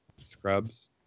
scrubs